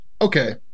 Okay